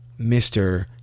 Mr